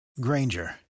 Granger